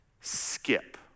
skip